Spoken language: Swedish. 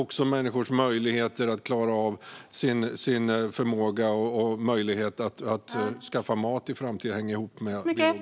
Även människors möjligheter och förmåga att skaffa mat i framtiden hänger ihop med biologisk mångfald.